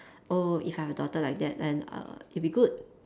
oh if I have a daughter like that then uh it'd be good